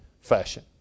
fashion